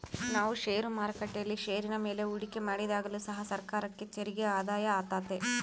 ನಾವು ಷೇರು ಮಾರುಕಟ್ಟೆಯಲ್ಲಿ ಷೇರಿನ ಮೇಲೆ ಹೂಡಿಕೆ ಮಾಡಿದಾಗಲು ಸಹ ಸರ್ಕಾರಕ್ಕೆ ತೆರಿಗೆ ಆದಾಯ ಆತೆತೆ